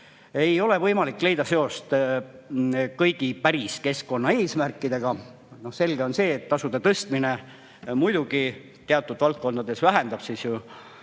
Ei ole võimalik leida seost kõigi keskkonnaeesmärkidega. Selge on see, et tasude tõstmine teatud valdkondades vähendab kas siis